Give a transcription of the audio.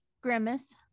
Grimace